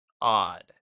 odd